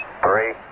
three